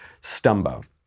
Stumbo